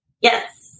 Yes